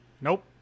Nope